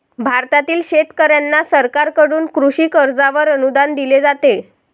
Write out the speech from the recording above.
भारतातील शेतकऱ्यांना सरकारकडून कृषी कर्जावर अनुदान दिले जाते